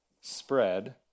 spread